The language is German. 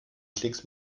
klicks